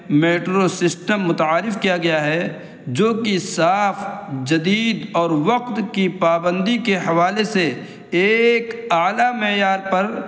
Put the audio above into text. metro system متعارف کیا گیا ہے جو کہ صاف جدید اور وقت کی پابندی کے حوالے سے ایک اعلیٰ معیار پر